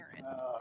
parents